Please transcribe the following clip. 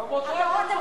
גם אותו אתם רוצים,